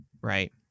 Right